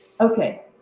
Okay